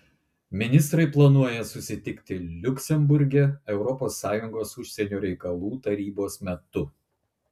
ministrai planuoja susitikti liuksemburge europos sąjungos užsienio reikalų tarybos metu